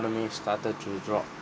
started though drug